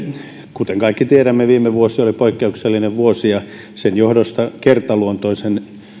kuten kaikki tiedämme viime vuosi oli poikkeuksellinen vuosi ja sen johdosta kertaluonteisen